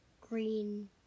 Green